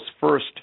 first